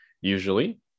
usually